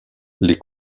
les